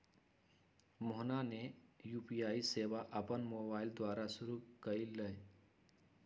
मोहना ने यू.पी.आई सेवा अपन मोबाइल द्वारा शुरू कई लय